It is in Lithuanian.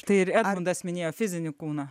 štai ir ardas minėjo fizinį kūną